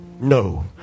no